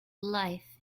life